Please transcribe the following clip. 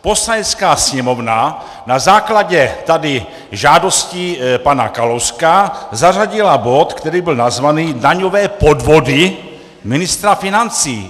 Poslanecká sněmovna na základě tady žádosti pana Kalouska zařadila bod, který byl nazvaný daňové podvody ministra financí.